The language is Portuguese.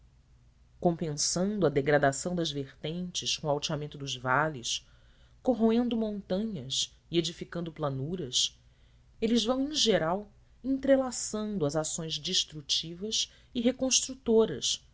compensando a degradação das vertentes com o alteamento dos vales corroendo montanhas e edificando planuras eles vão em geral entrelaçando as ações destrutivas e reconstrutoras